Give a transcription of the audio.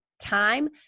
time